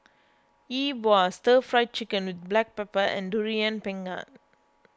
Yi Bua Stir Fried Chicken with Black Pepper and Durian Pengat